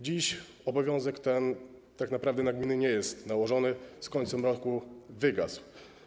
Dziś obowiązek ten tak naprawdę na gminy nie jest nałożony, z końcem roku wygasł.